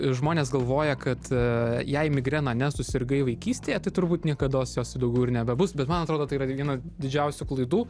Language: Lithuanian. žmonės galvoja kad jei migrena ne susirgai vaikystėje tai turbūt niekados jos daugiau ir nebebus bet man atrodo tai yra viena didžiausių klaidų